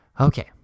Okay